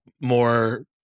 more